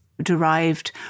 derived